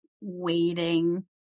waiting